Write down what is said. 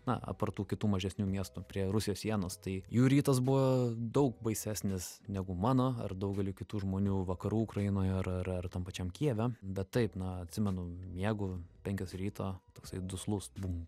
na aptart tų kitų mažesnių miestų prie rusijos sienos tai jų rytas buvo daug baisesnis negu mano ar daugeliui kitų žmonių vakarų ukrainoje ar ar ar tam pačiam kijeve bet taip na atsimenu miegu penkios ryto toksai duslus bump